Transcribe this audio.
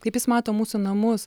kaip jis mato mūsų namus